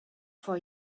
for